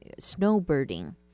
snowboarding